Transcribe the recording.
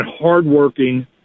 hardworking